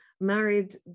married